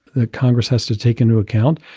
the congress has to take into account.